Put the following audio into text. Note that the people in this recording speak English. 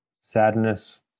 sadness